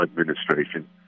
administration